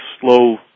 slow